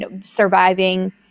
surviving